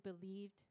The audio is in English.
believed